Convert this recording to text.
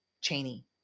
Cheney